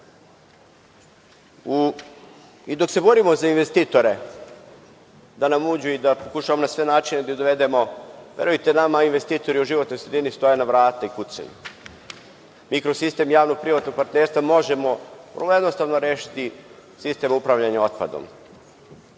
se borimo za investitore da nam uđu i da pokušavamo na sve načine da ih dovedemo, verujte, nama investitori u životnoj sredini stoje na vrata i kucaju. Mikrosistem javno-privatnog partnerstva možemo vrlo jednostavno rešiti sistem upravljanja otpadom.